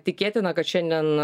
tikėtina kad šiandien